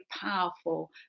powerful